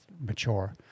mature